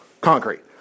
concrete